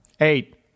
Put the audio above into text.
Eight